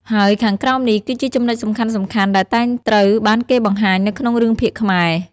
ហើយខាងក្រោមនេះ គឺជាចំណុចសំខាន់ៗដែលតែងត្រូវបានគេបង្ហាញនៅក្នុងរឿងភាគខ្មែរ។